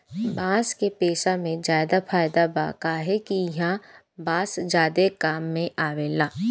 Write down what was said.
बांस के पेसा मे फायदा बा काहे कि ईहा बांस ज्यादे काम मे आवेला